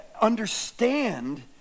understand